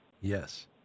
Yes